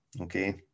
okay